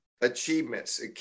achievements